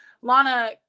Lana